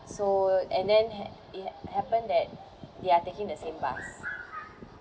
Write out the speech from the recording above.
so and then ha~ it ha~ happened that they are taking the same bus